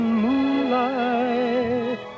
moonlight